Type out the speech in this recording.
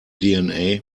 dna